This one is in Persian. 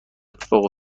اتفاق